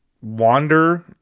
wander